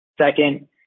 Second